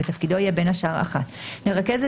ותפקידו יהיה בין השאר: לרכז,